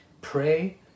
Pray